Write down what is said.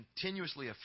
continuously